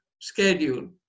schedule